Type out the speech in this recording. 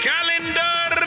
Calendar